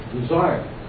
Desire